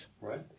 Right